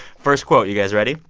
first quote. you guys ready?